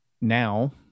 Now